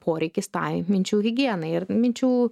poreikis tai minčių higienai ir minčių